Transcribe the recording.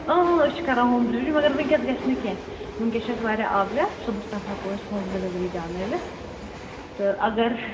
اۭں اۭں أسۍ چھِ کران ہوم ڈِلؤری مگر وٕنۍکٮ۪س گژھِ نہٕ کیٚنہہ وٕنۍکٮ۪س چھِ اَسہِ واریاہ آوٕریٛار صُبحَس تام ہٮ۪کَو أسۍ ہوم ڈِلؤری دیٛانٲوِتھ تہٕ اگر